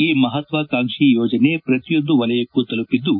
ಈ ಮಹತ್ವಾಕಾಂಕ್ಷಿ ಯೋಜನೆ ಪ್ರತಿಯೊಂದು ವಲಯಕ್ಕೂ ತಲುಪಿದ್ದು